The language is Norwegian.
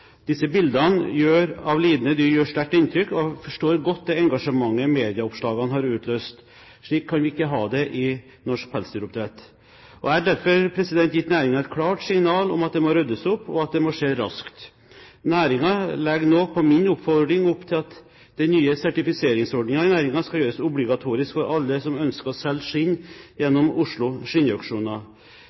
Disse bildene av lidende dyr gjør sterkt inntrykk, og jeg forstår godt det engasjementet medieoppslagene har utløst. Slik kan vi ikke at det i norsk pelsdyroppdrett. Jeg har derfor gitt næringen et klart signal om at det må ryddes opp, og at det må skje raskt. Næringen legger nå, på min oppfordring, opp til at den nye sertifiseringsordningen i næringen skal gjøres obligatorisk for alle som ønsker å selge skinn gjennom Oslo